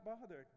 bothered